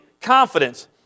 confidence